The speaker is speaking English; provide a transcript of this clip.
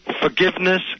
forgiveness